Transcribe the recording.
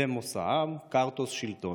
דמוס, העם, קרטוס, שלטון,